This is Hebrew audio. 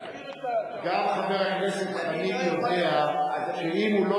אני מכיר את גם חבר הכנסת חנין יודע שאם הוא לא